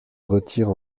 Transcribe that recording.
retire